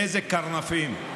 איזה קרנפים.